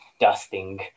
dusting